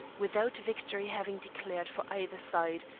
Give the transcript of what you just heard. without victory having declared for either side,